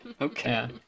Okay